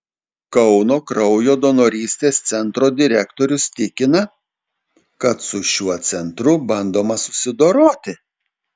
kauno kraujo donorystės centro direktorius tikina kad su šiuo centru bandoma susidoroti